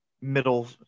middle